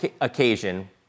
occasion